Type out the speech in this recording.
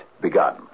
begun